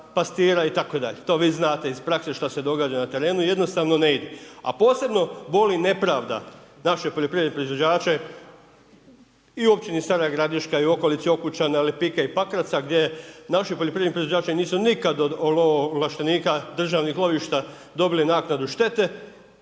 pastira itd., to vi znate iz prakse što se događa na terenu, jednostavno ne ide. A posebno boli nepravda naše poljoprivredne proizvođače i u općini Stara Gradiška i okolici Okučana, Lipika i Pakraca gdje naši poljoprivredni proizvođači nisu nikad od lovoovlaštenika državnih lovišta dobili naknadu štete